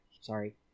Sorry